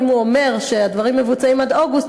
אם הוא אומר שהדברים מבוצעים עד אוגוסט,